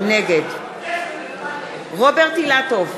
נגד רוברט אילטוב,